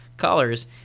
Colors